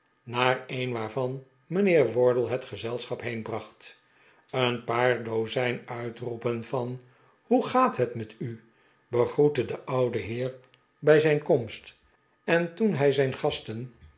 naar een waarvan mijnheer wardle het gezelschap heenbracht een paar dozijn uitroepen van hoe gaat het met u begroetten den ouden heer bij zijn komst en toen hij zijn gasten